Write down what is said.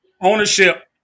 ownership